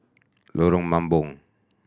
Lorong Mambong